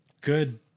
good